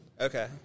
Okay